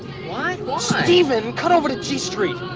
why? steven, cut over to g street.